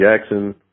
Jackson